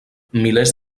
milers